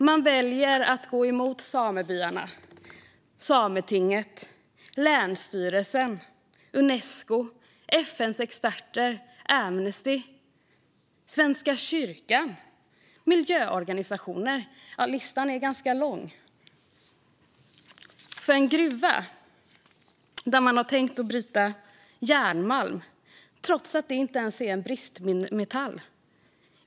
Man väljer att gå emot samebyarna, Sametinget, länsstyrelsen, Unesco, FN:s experter, Amnesty, Svenska kyrkan och miljöorganisationer. Listan är ganska lång. Det här är en gruva där man har tänkt bryta järnmalm, som inte ens är en bristmetall.